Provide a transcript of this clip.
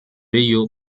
ello